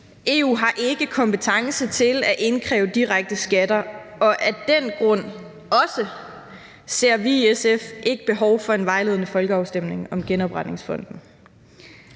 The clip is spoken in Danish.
EU har ikke kompetence til at indkræve direkte skatter, og også af den grund ser vi i SF ikke et behov for en vejledende folkeafstemning om genopretningsfonden.